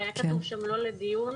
שהיה כתוב שם 'לא לדיון',